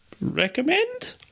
Recommend